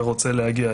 ורוצה להגיע,